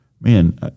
Man